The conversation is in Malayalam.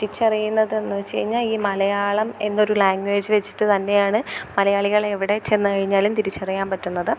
തിരിച്ചറിയുന്നതെന്നു വെച്ചുകഴിഞ്ഞാൽ ഈ മലയാളം എന്നൊരു ലാംഗേജ് വെച്ചിട്ടു തന്നെയാണ് മലയാളികൾ എവിടെ ചെന്നു കഴിഞ്ഞാലും തിരിച്ചറിയാൻ പറ്റുന്നത്